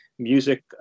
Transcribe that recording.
music